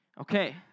Okay